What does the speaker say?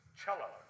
cello